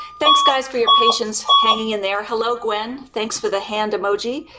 thanks guys for your patience hanging in there. hello, gwen, thanks for the hand emoji.